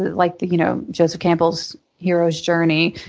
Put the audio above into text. like you know joseph campbell's hero's journey.